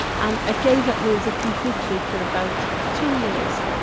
and i gave up music completely for about two years.